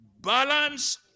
Balance